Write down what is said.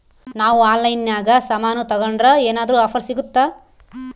ನಾವು ಆನ್ಲೈನಿನಾಗ ಸಾಮಾನು ತಗಂಡ್ರ ಏನಾದ್ರೂ ಆಫರ್ ಸಿಗುತ್ತಾ?